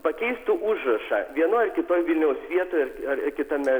pakeistų užrašą vienoje kitoje vilniaus vietoje ar kitame